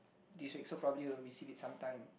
this week so probably will receive it sometime